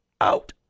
out